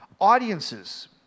audiences